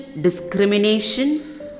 discrimination